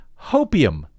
hopium